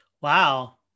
Wow